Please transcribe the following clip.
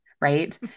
right